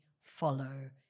follow